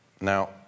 Now